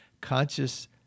conscious